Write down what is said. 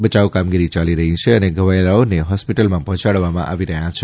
બચાવ કામગીરી ચાલી રહી છે અને ઘવાયેલાઓને હોસ્પિટલમાં પહોંચાડવામાં આવી રહ્યા છે